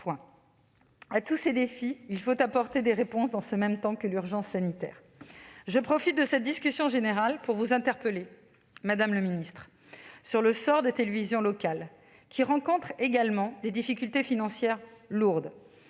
À tous ces défis, il faut apporter des réponses dans ce même temps que l'urgence sanitaire. Je profite de cette discussion générale pour vous interpeller, madame la ministre, sur le sort des télévisions locales, qui rencontrent également des difficultés financières lourdes.